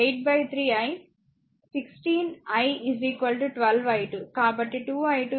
కాబట్టి 2 i2 83 i పొందుతారు